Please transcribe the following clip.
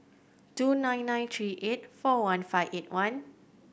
two nine nine three eight four one five eight one